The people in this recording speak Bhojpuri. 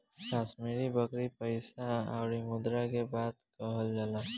कश्मीरी बकरी पइसा अउरी मुद्रा के बात कइल जाला